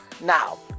Now